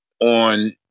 on